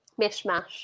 mishmash